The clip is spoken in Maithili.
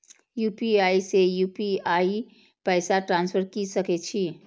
यू.पी.आई से यू.पी.आई पैसा ट्रांसफर की सके छी?